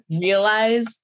realize